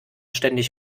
ständig